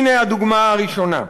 הנה הדוגמה הראשונה.